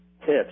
tips